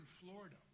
Florida